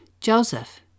Joseph